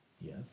Yes